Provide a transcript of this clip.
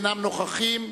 אינם נוכחים,